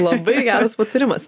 labai geras patarimas